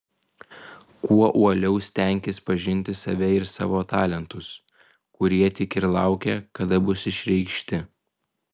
kuo uoliau stenkis pažinti save ir savo talentus kurie tik ir laukia kada bus išreikšti